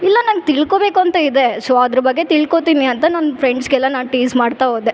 ಇಲ್ಲ ನನ್ಗೆ ತಿಳ್ಕೊಬೇಕು ಅಂತ ಇದೆ ಸೊ ಅದ್ರ ಬಗ್ಗೆ ತಿಳ್ಕೋತೀನಿ ಅಂತ ನನ್ನ ಫ್ರೆಂಡ್ಸ್ಗೆಲ್ಲ ನಾನು ಟೀಸ್ ಮಾಡ್ತಾ ಹೋದೆ